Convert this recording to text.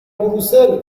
بروسل